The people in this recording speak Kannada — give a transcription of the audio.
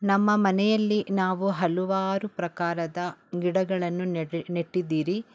ನಮ್ಮ ಮನೆಯಲ್ಲಿ ನಾವು ಹಲವಾರು ಪ್ರಕಾರದ ಗಿಡಗಳನ್ನು ನೆಡು ನೆಟ್ಟಿದ್ದೀರಿ